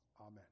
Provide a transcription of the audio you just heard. Amen